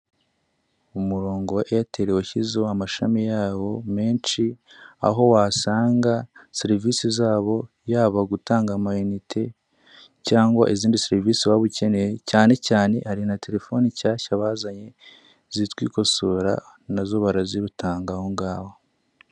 Umurongo wa eyeteri washyizeho amashami yawo menshi, aho wasanga serivise zabo: yaba gutanga amayinite cyangwa izindi serivise waba ukeneye, cyane cyane hari na terefone nshyashya bazanye zitwa ikosora, nazo barazitanga aho ngaho.